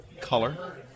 color